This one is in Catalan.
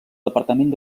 departament